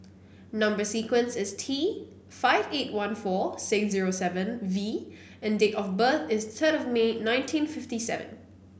number sequence is T five eight one four six zero seven V and date of birth is third of May nineteen fifty seven